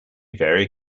very